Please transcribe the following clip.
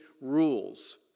rules